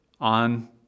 on